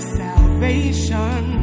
salvation